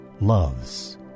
loves